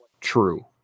true